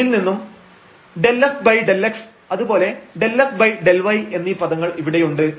ഇതിൽ നിന്നും ∂f∂x അതുപോലെ ∂f∂y എന്നീ പദങ്ങൾ ഇവിടെ ഉണ്ട്